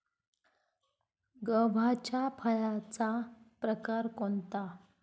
गव्हाच्या फळाचा प्रकार कोणता?